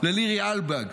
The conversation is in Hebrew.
ללירי אלבג,